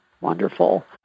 Wonderful